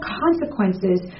consequences